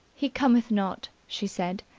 he cometh not she said.